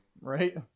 Right